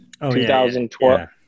2012